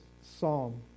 psalm